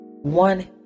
One